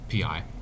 PI